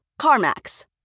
CarMax